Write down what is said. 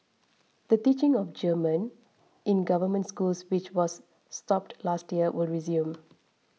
the teaching of German in government schools which was stopped last year will resume